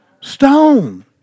Stone